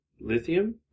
lithium